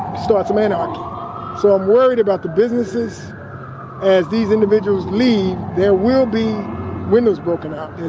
stop the man. um so i'm worried about the businesses as these individuals leave. there will be windows broken out.